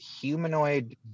humanoid